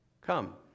Come